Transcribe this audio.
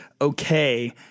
okay